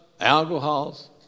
alcohols